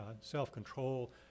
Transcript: self-control